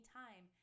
time